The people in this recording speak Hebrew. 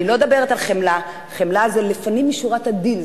אני לא מדברת על חמלה, חמלה זה לפנים משורת הדין.